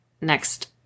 next